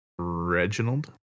reginald